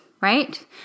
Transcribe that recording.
right